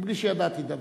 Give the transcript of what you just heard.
מבלי שידעתי דבר,